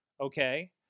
Okay